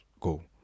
go